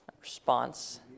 Response